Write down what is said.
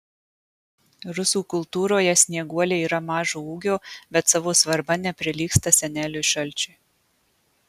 rusų kultūroje snieguolė yra mažo ūgio bet savo svarba neprilygsta seneliui šalčiui